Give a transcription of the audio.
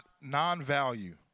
non-value